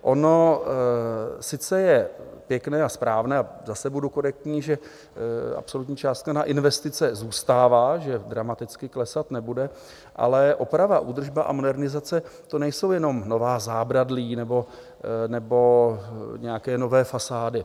Ono sice je pěkné a správné, a zase budu korektní, že absolutní částka na investice zůstává, že dramaticky klesat nebude, ale oprava, údržba a modernizace, to nejsou jenom nová zábradlí nebo nějaké nové fasády.